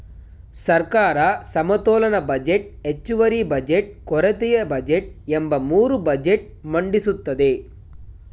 ಸರ್ಕಾರ ಸಮತೋಲನ ಬಜೆಟ್, ಹೆಚ್ಚುವರಿ ಬಜೆಟ್, ಕೊರತೆಯ ಬಜೆಟ್ ಎಂಬ ಮೂರು ಬಜೆಟ್ ಮಂಡಿಸುತ್ತದೆ